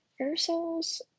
Aerosols